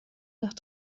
nach